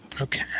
Okay